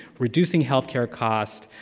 reducing healthcare cost,